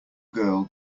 girl